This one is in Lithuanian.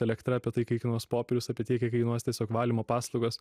elektra apie tai kai kainuose popierius apie tiek kiek kainuos tiesiog valymo paslaugos